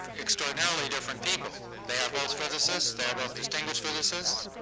extraordinarily different people, they are both physicists. they are both distinguished physicists.